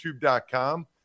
youtube.com